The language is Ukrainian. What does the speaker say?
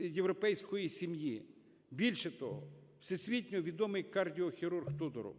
європейської сім'ї? Більше того, всесвітньо відомий кардіохірург Тодуров.